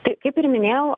tai kaip ir minėjau